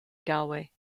galway